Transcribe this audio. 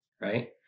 right